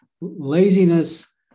laziness